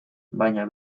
baina